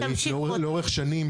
לאורך שנים,